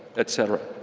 etc.